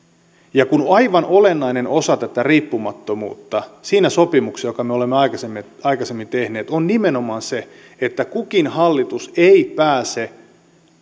ja aivan olennainen osa tätä riippumattomuutta siinä sopimuksessa jonka me olemme aikaisemmin aikaisemmin tehneet on nimenomaan se että kukin hallitus ei pääse